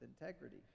integrity